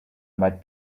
might